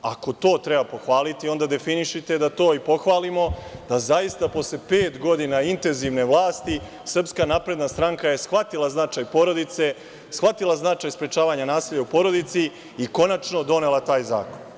Ako to treba pohvaliti, onda definišite da to i pohvalimo, da zaista posle pet godina intenzivne vlasti SNS je shvatila značaj porodice, shvatila značaj sprečavanja nasilja u porodici i konačno donela taj zakon.